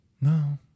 No